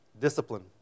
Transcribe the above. Discipline